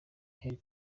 harry